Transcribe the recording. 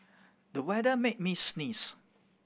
the weather made me sneeze